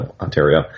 Ontario